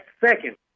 second